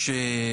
יש,